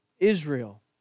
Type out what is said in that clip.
Israel